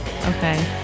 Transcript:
Okay